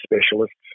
specialists